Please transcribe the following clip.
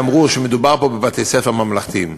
ואמרו שמדובר פה בבתי-ספר ממלכתיים.